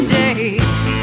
days